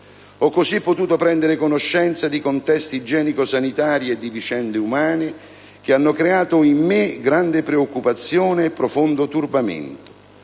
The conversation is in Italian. «Ho così potuto prendere conoscenza di contesti igienico-sanitari e di vicende umane che hanno creato in me grande preoccupazione e profondo turbamento.